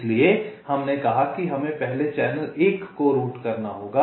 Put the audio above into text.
इसलिए हमने कहा कि हमें पहले चैनल 1 को रूट करना होगा